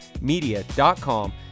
media.com